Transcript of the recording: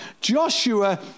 Joshua